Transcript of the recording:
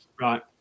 Right